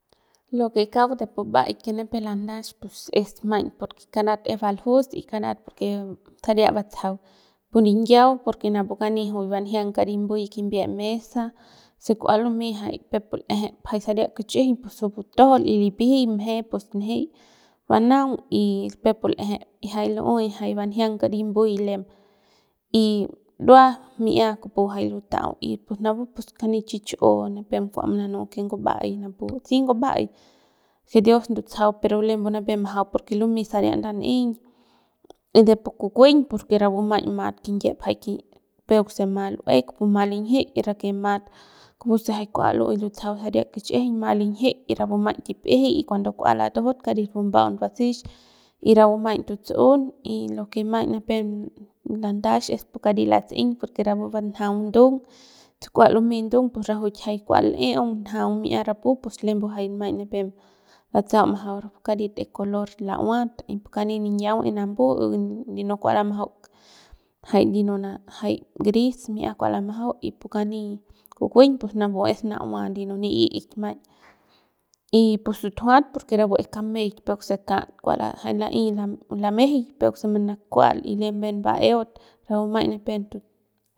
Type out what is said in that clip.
Lo que kauk de pu mba'aik que nipep landasx pus porque es maiñ karat es baljus karat porque saria batsajau pu ninyau porque napu kani banjiang kari mbuy pu kimbiep mesa se k'ua lumey jay peuk pu l'eje jay saria kichꞌijiñ pus juy batajaul y lipiji mje pus njey banaung y peuk pu l'eje y jay lu'uey jay banjiang kari mbuy lem y ndua mi'ia kupu jay luta'au y pus napu jay kani chuchu'u nipem kua mananu jay nguba'ai si nguba'ai si dios ndutsajau pero lembu nipep majau porque lumey sania ndan'eiñ y de pu kukueiñ por rapu maiñ mat kinyiep jay ki peuk se ma l'ue kupumat linjik y rake mat kupu se jay kua l'uey lutsajau saria kich'ijiñ kupu mat linjik y rapu maiñ tipijiy y cuando kua latojot karit bumba'aung base'eix y rapu maiñ tuts'un y lo que maiñ nipep landach es pu karit lats'eiñ porque rapu banjaung ndung se kua lumei ndung pus rajuik jay kua l'eung njaung mi'ia rapu pus maiñ nipem mbatsau majau rapu karit es color lauaty pu kani ninyau es nambu ndino kua lamajau jay ndino jay gris mi'ia kua lamajau y pu kani kukueiñ pus napu es na'ua ndino ni'ik maiñ y pu sutujuat porque rapu es kameik peuk se kat ku ja la'ey lamejey peuk se kua'al y lem bien ba'eut rapu maiñ nipem.